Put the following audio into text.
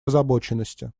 озабоченности